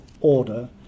order